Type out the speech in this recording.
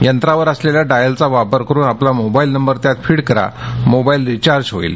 यंत्रावर असलेल्या डायलचा वापर करून आपला मोबाईल नंबर त्यात फिड करा मोबाईल रिचार्ज होईल